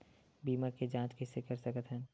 बीमा के जांच कइसे कर सकत हन?